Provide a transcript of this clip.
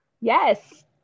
Yes